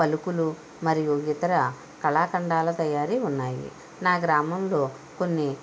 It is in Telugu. పలుకులు మరియు ఇతర కళాఖండాల తయారీ ఉన్నాయి నా గ్రామంలో కొన్ని